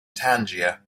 tangier